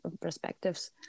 perspectives